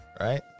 right